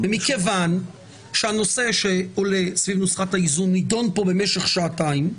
ומכיוון שהנושא שעולה סביב נוסחת האיזון נידון פה במשך שעתיים,